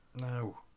No